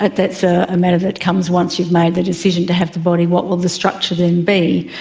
but that's ah a matter that comes once you've made the decision to have the body what will the structure then be?